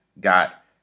got